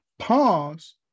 Pause